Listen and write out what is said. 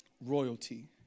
royalty